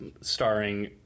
starring